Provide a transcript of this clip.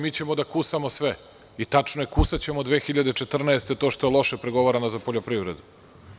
Mi ćemo da kusamo sve i tačno je kusaćemo 2014. godine to što je loše pregovarano za poljoprivredu.